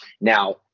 Now